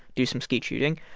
do some skeet shooting.